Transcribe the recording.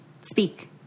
speak